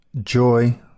Joy